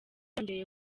yongeye